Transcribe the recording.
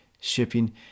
shipping